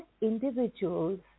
individuals